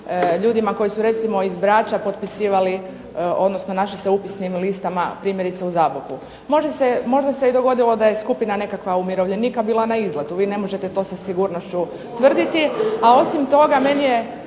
ljudima koji su recimo iz Brača potpisivali odnosno našli se u upisnim listama primjerice u Zaboku. Možda se dogodilo da je skupina nekakva umirovljenika bila na izletu, vi ne možete to sa sigurnošću tvrditi. A osim toga, meni je